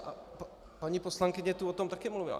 A paní poslankyně o tom taky mluvila.